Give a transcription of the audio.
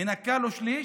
מנכה לו שליש,